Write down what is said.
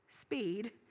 speed